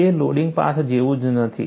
તે loading path જેવું જ નથી